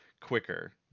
quicker